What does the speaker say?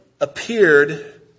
appeared